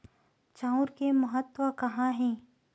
चांउर के महत्व कहां हे?